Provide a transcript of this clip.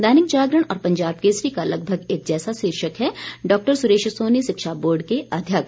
दैनिक जागरण और पंजाब केसरी का लगभग एक जैसा शीर्षक है डॉ सुरेश सोनी शिक्षा बोर्ड के अध्यक्ष